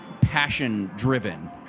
passion-driven